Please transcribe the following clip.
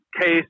Case